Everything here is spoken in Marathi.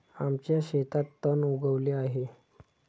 आमच्या शेतात तण उगवले आहे